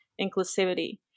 inclusivity